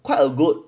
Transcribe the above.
quite a good